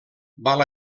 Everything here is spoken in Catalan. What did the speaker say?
val